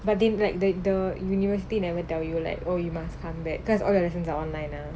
but didn't like the the university never tell you like oh you must come back because all your other from their online lah